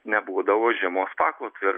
nebūdavo žiemos pakloto ir